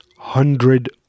Hundred